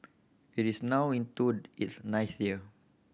it is now into its ninth year